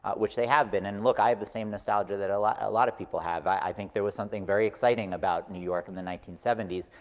which they have been, and look, i have the same nostalgia that a lot ah lot of people have. i think there was something very exciting about new york in the nineteen seventy s.